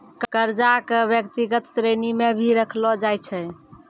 कर्जा क व्यक्तिगत श्रेणी म भी रखलो जाय छै